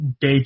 day